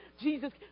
Jesus